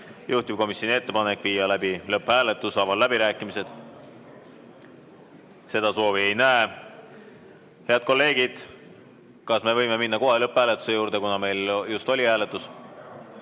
Juhtivkomisjoni ettepanek on viia läbi lõpphääletus. Avan läbirääkimised. Seda soovi ei näe. Head kolleegid, kas me võime minna kohe lõpphääletuse juurde, kuna meil just oli hääletus?